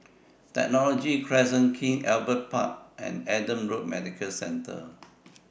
Technology Crescent King Albert Park and Adam Road Medical Centre